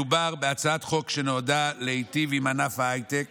מדובר בהצעת חוק שנועדה להיטיב עם ענף ההייטק